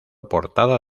portada